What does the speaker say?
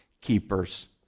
keepers